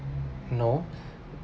no